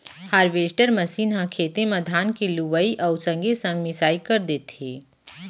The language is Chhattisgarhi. हारवेस्टर मसीन ह खेते म धान के लुवई अउ संगे संग मिंसाई कर देथे